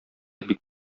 бик